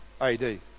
AD